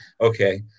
Okay